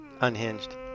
unhinged